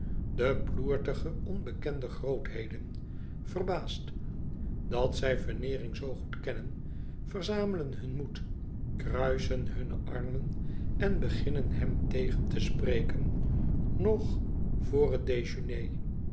de ploertige onbekende grootheden verbaasd dat zij veneering zoo goed kennen verzamelen hun moed kruisen hunne armen en beginnen hem tegen te spreken nog vr het dejeuner